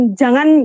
jangan